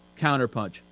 counterpunch